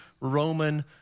Roman